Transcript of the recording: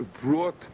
brought